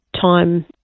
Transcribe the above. time